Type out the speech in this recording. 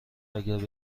اگر